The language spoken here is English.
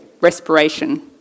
respiration